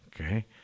Okay